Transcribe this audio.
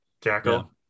Jackal